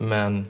Men